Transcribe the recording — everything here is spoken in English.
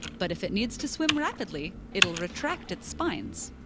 but if it needs to swim rapidly, it'll retract its spines.